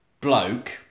bloke